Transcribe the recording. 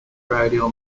radial